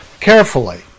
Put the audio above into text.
carefully